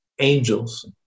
angels